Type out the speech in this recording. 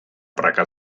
praka